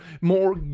more